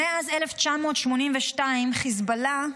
מאז 1982 חיזבאללה,